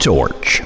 Torch